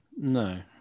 no